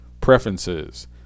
preferences